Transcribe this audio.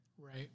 Right